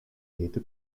hete